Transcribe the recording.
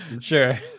Sure